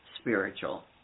spiritual